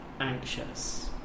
anxious